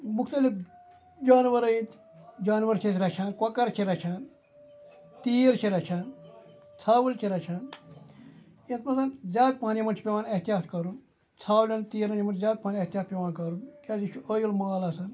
مُختلِف جانوَرَن ہٕنٛدۍ جانوَر چھِ أسۍ رَچھان کۄکَر چھِ رَچھان تیٖر چھِ رَچھان ژھاوٕلۍ چھِ رَچھان یَتھ مَنٛز زَن زیاد پَہَم یِمَن چھُ پیٚوان احتِیاط کَرُن ژھاولیٚن تیٖرَن یِمَن چھُ زیاد پَہم احتِیاط پیٚوان کَرُن کیازٕ یہِ چھُ ٲویل مال آسان